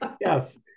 Yes